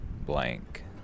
blank